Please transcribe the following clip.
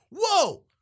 whoa